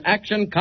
Action